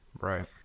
right